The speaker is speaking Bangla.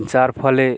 যার ফলে